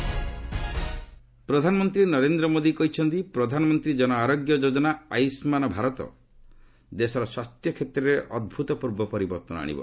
PM Modi Gujarat ପ୍ରଧାନମନ୍ତ୍ରୀ ନରେନ୍ଦ୍ର ମୋଦି କହିଛନ୍ତି 'ପ୍ରଧାନମନ୍ତ୍ରୀ ଜନ ଆରୋଗ୍ୟ ଯୋଜନା ଆୟୁଷ୍ମାନ ଭାରତ' ଦେଶର ସ୍ୱାସ୍ଥ୍ୟ କ୍ଷେତ୍ରରେ ଅଭୁତପୂର୍ବ ପରିବର୍ତ୍ତନ ଆଣିବ